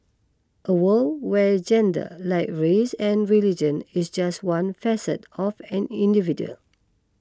a world where gender like race and religion is just one facet of an individual